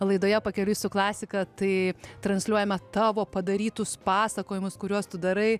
laidoje pakeliui su klasika tai transliuojame tavo padarytus pasakojimus kuriuos tu darai